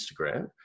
Instagram